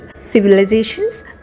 Civilizations